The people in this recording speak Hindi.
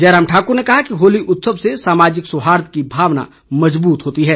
जयराम ठाकुर ने कहा कि होली उत्सव से सामाजिक सौहार्द की भावना मजबूत होती है